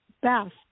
best